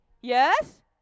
yes